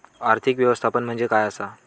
आर्थिक व्यवस्थापन म्हणजे काय असा?